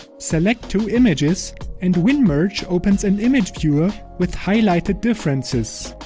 select two images and winmerge opens an image viewer with highlighted differences.